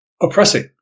oppressing